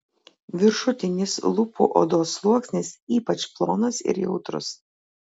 viršutinis lūpų odos sluoksnis ypač plonas ir jautrus